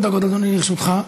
שלוש דקות, אדוני, לרשותך.